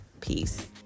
Peace